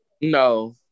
No